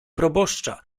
proboszcza